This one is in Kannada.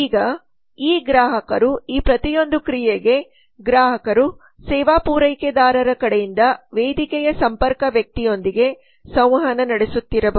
ಈಗ ಈ ಗ್ರಾಹಕರು ಈ ಪ್ರತಿಯೊಂದು ಕ್ರಿಯೆಗೆ ಗ್ರಾಹಕರು ಸೇವಾ ಪೂರೈಕೆದಾರರ ಕಡೆಯಿಂದ ವೇದಿಕೆಯ ಸಂಪರ್ಕ ವ್ಯಕ್ತಿಯೊಂದಿಗೆ ಸಂವಹನ ನಡೆಸುತ್ತಿರಬಹುದು